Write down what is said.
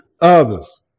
others